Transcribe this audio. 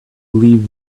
leave